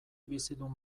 bizidun